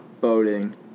boating